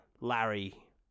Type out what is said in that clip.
Larry